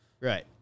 right